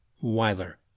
Weiler